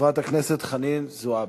חברת הכנסת חנין זועבי.